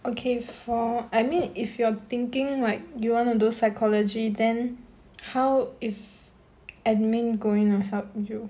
okay for I mean if you're thinking like you wanna do psychology then how is admin going to help you